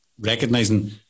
recognizing